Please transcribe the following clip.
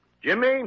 Jimmy